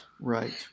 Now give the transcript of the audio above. Right